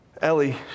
Ellie